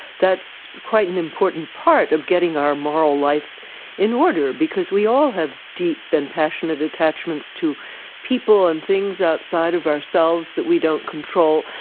that's quite an important part of getting our moral life in order, because we all have deep and passionate attachments to people and things outside of ourselves that we don't control.